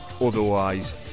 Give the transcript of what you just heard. Otherwise